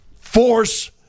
force